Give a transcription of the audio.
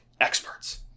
experts